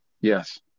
Yes